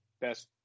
best